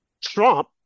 Trump